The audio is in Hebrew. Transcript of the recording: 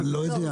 אני לא יודע,